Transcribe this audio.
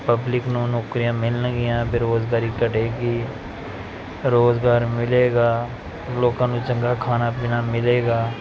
public ਨੂੰ ਨੌਕਰੀਆਂ ਮਿਲਣਗੀਆਂ ਬੇਰੁਜ਼ਗਾਰੀ ਘਟੇਗੀ ਰੁਜ਼ਗਾਰ ਮਿਲੇਗਾ ਲੋਕਾਂ ਨੂੰ ਚੰਗਾ ਖਾਣਾ ਪੀਣਾ ਮਿਲੇਗਾ